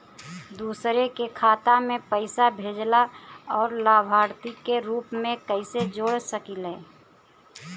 दूसरे के खाता में पइसा भेजेला और लभार्थी के रूप में कइसे जोड़ सकिले?